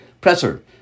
presser